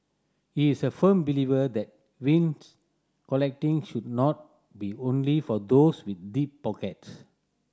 he is a firm believer that vinyl collecting should not be only for those with deep pockets